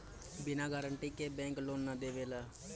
बिना गारंटी के bank loan ना देवेला